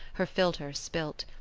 her philtre spilt.